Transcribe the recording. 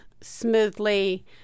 smoothly